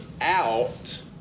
out